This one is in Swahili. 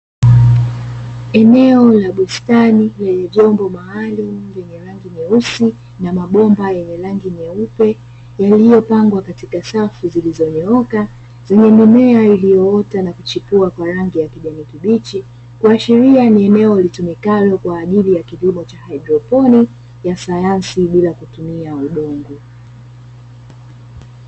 Eneo la bustani yenye vyombo maalum, vyenye rangi nyeusi na mabomba yenye rangi nyeupe yaliyopangwa katika safu zilizonyooka, zenye mimea iliyoota na kuchipua kwa rangi ya kijani kibichi, kuashiria ni eneo litumikalo kwa ajili ya kilimo cha hydroponi ya sayansi bila kutumia udongo.